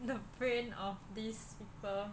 the brain of this people